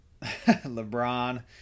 LeBron